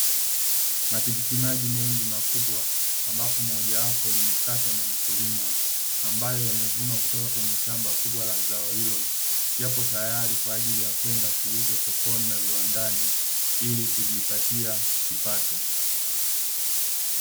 Matikiti maji mengi makubwa, ambapo moja wapo limekatwa na mkulima, ambayo yamevunwa kutoka kwenye shamba kubwa la zao hilo, yapo tayari kwa ajili ya kwenda kuuzwa sokoni na viwandani ili kujipatia kipato.